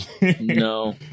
No